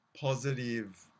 positive